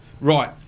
Right